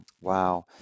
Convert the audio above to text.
Wow